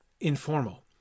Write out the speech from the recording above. informal